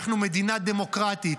אנחנו מדינה דמוקרטית.